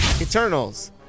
Eternals